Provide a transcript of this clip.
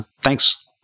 thanks